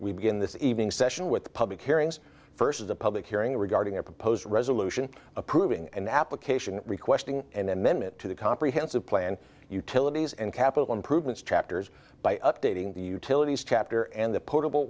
we begin this evening session with public hearings first as a public hearing regarding a proposed resolution approving an application requesting an amendment to the comprehensive plan utilities and capital improvements chapters by updating the utilities chapter and the potable